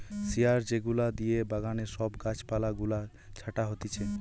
শিয়ার যেগুলা দিয়ে বাগানে সব গাছ পালা গুলা ছাটা হতিছে